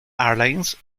airlines